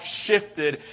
shifted